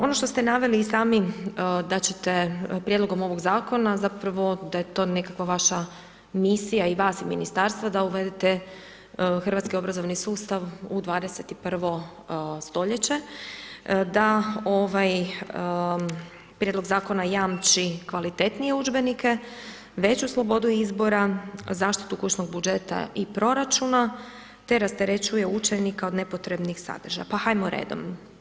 Ono što ste naveli i sami da ćete prijedlogom ovoga Zakona, zapravo, da je to nekakva vaša misija, i vas i Ministarstva da uvedete hrvatski obrazovni sustav u 21.-vo stoljeće, da prijedlog Zakona jamči kvalitetnije udžbenike, veću slobodu izbora, zaštitu kućnog budžeta i proračuna, te rasterećuje učenika od nepotrebnih sadržaja, pa hajmo redom.